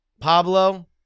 Pablo